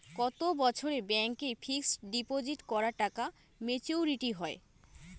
কত বছরে ব্যাংক এ ফিক্সড ডিপোজিট করা টাকা মেচুউরিটি হয়?